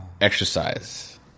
exercise